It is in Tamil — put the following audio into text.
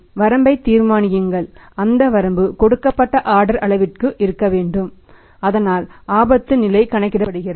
வரம்பைத் தீர்மானியுங்கள் அந்த வரம்பு கொடுக்கப்பட்ட ஆர்டர் அளவிற்கு இருக்க வேண்டும் அதனால் ஆபத்து நிலை கணக்கிடப்படுகிறது